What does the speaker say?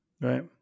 Right